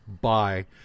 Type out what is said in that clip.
bye